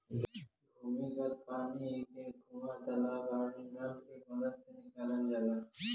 भूमिगत पानी के कुआं, तालाब आउरी नल के मदद से निकालल जाला